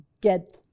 get